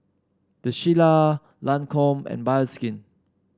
The Shilla Lancome and Bioskin